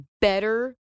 better